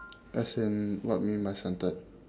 as in what mean by centred